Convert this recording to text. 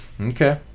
Okay